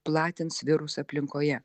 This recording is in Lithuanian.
platins virusą aplinkoje